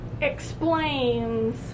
explains